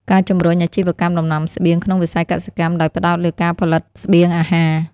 ការជំរុញអាជីវកម្មដំណាំស្បៀងក្នុងវិស័យកសិកម្ម ដោយផ្តោតលើការផលិតស្បៀងអាហារ។